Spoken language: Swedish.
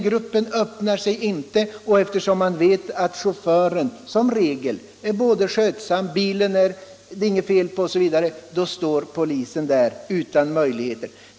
Gruppen öppnar sig inte, och eftersom man vet att chauffören som regel är skötsam, att det inte är något fel på bilen osv., så står polisen där utan möjligheter.